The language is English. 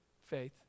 faith